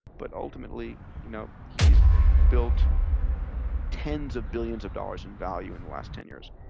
but ultimately, you know he's built tens of billions of dollars in value in the last ten years.